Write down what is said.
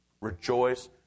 Rejoice